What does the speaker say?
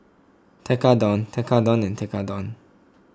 Tekkadon Tekkadon Tekkadon